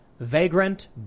Vagrant